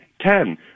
ten